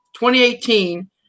2018